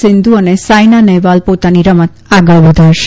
સીંધુ અને સાઈના નહેવાલ પોતાની રમત આગળ વધારશે